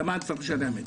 למה אני צריך לשלם?